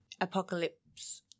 apocalypse